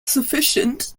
sufficient